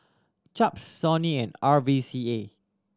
Chaps Sony and R V C A